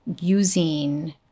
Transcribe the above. using